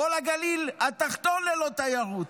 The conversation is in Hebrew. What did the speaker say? כל הגליל התחתון ללא תיירות,